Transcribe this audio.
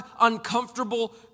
uncomfortable